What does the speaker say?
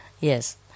Yes